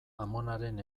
amonaren